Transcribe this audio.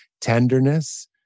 tenderness